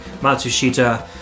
Matsushita